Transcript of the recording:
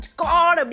god